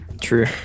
True